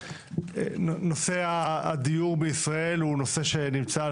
נושא הדיור בישראל הוא נושא שנמצא על